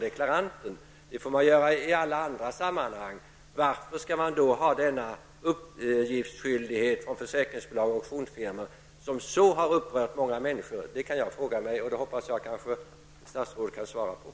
Det måste man lita till i alla andra sammanhang. Varför skall då försäkringsbolag och auktionsfirmor ha denna uppgiftsskyldighet, som så har upprört många människor? Jag hoppas att statsrådet kan ge ett svar.